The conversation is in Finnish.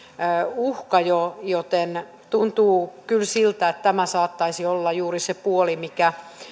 uhka joten tuntuu kyllä siltä että tämä saattaisi olla juuri se puoli mikä